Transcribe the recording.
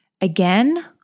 Again